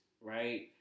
right